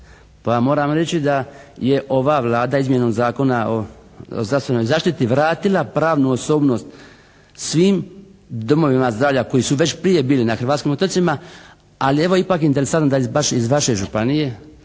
Pa moram reći da je ova Vlada izmjenom Zakona o zdravstvenoj zaštiti vratila pravnu osobnost svim domovima zdravlja koji su već prije bili na hrvatskim otocima, ali evo ipak interesantno da baš iz vaše županije,